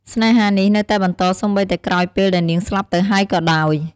ស្នេហានេះនៅតែបន្តសូម្បីតែក្រោយពេលដែលនាងស្លាប់ទៅហើយក៏ដោយ ។